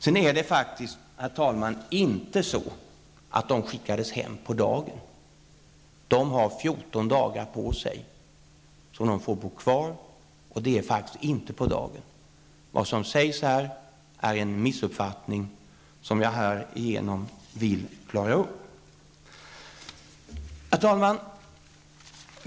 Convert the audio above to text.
Sedan är det faktiskt inte så, herr talman, att de skickas hem på dagen. De har 14 dagar på sig, då de får bo kvar. Det är faktiskt inte på dagen. Vad som sägs här är en missuppfattning som jag härigenom vill klara upp. Herr talman!